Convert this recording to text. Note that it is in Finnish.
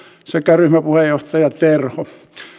sekä ryhmäpuheenjohtaja terholle